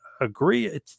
agree